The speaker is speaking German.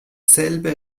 selbe